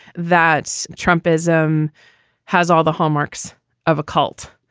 that's trump ism has all the hallmarks of a cult.